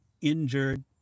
injured